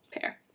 pair